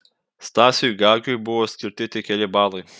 stasiui gagiui buvo skirti tik keli balai